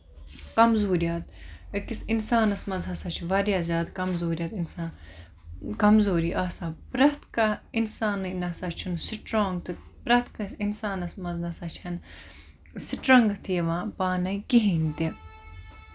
کَمزوٗریات أکِس اِنسانَس منٛز ہسا چھِ واریاہ زیادٕ کَمزوٗریت اِنسان کَمزوٗری آسان پرٮ۪تھ کانہہ اِنسانٕے نسا چھُنہٕ سٔٹرونگ تہٕ پرٮ۪تھ کٲنسہِ اِنسانَس منٛز نسا چھےٚ نہٕ سٔٹرَنگٔتھ یِوان پانٕے کِہینۍ تہِ